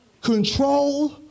control